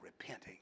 repenting